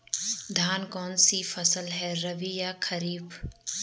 धान कौन सी फसल है रबी या खरीफ?